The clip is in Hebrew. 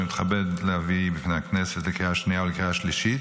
אני מתכבד להביא בפני הכנסת לקריאה שנייה ולקריאה שלישית